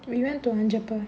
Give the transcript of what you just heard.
we went to Anjappar